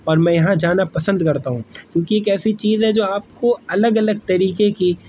اور میں یہاں جانا پسند کرتا ہوں کیوںکہ یہ ایک ایسی چیز ہے جو آپ کو الگ الگ طریقے کی